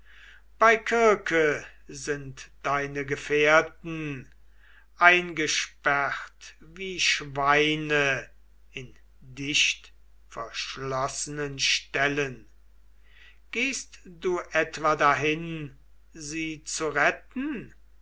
bei kirke sind deine gefährten eingesperrt wie schweine in dichtverschlossenen ställen gehst du etwa dahin sie zu retten